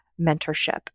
mentorship